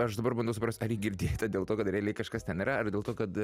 aš dabar bandau suprast ar ji girdėta dėl to kad realiai kažkas ten yra ar dėl to kad